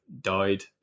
died